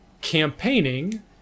campaigning